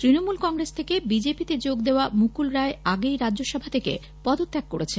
তৃণমূল কংগ্রেস থেকে বিজেপি তে যোগ দেওয়া মুকুল রায় আগেই রাজ্যসভা থেকে পদত্যাগ করেছেন